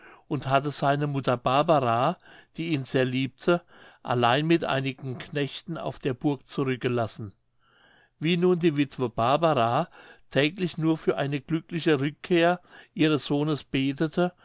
und hatte seine mutter barbara die ihn sehr liebte allein mit einigen knechten auf der burg zurückgelassen wie nun die wittwe barbara täglich nur für eine glückliche rückkehr ihres sohnes betete